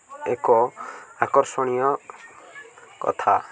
ଏକ ଆକର୍ଷଣୀୟ କଥା